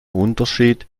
unterschied